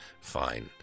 fine